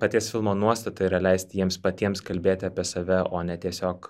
paties filmo nuostata yra leisti jiems patiems kalbėti apie save o ne tiesiog